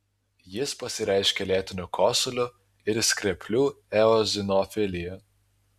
jis pasireiškia lėtiniu kosuliu ir skreplių eozinofilija